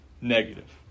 negative